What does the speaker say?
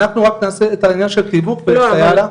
אנחנו רק נעשה את העניין של תיווך ונסייע לה.